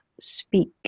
Speak